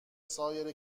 سایر